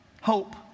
Hope